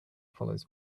follows